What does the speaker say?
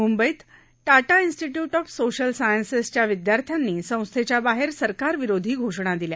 मुंबईत Tata Institute of Social सायन्सेच्या विदयार्थ्यांनी संस्थेच्या बाहेर सरकारविरोधी घोषणा दिल्या